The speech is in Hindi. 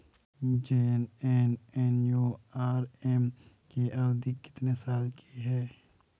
जे.एन.एन.यू.आर.एम की अवधि कितने साल की है?